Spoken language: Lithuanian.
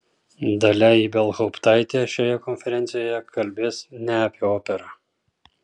dalia ibelhauptaitė šioje konferencijoje kalbės ne apie operą